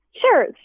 Sure